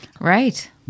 Right